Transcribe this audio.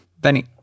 benny